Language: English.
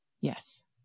Yes